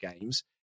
games